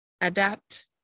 adapt